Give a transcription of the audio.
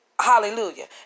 Hallelujah